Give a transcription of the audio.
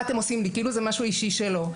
כאילו זה משהו אישי שלו.